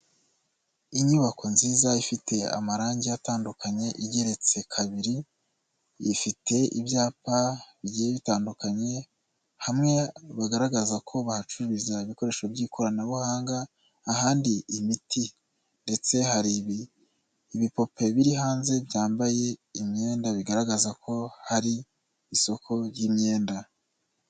Inyubako nziza ifite amarangi atandukanye igeretse kabiri, ifite ibyapa bigiye bitandukanye, hamwe bagaragaza ko bahacururiza ibikoresho by'ikoranabuhanga, ahandi imiti ndetse hari ibipope biri hanze byambaye imyenda, bigaragaza ko hari isoko ry'imyenda.